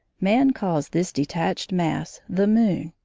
man calls this detached mass the moon,